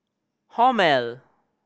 Hormel